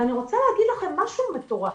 ואני רוצה להגיד לכם משהו מטורף,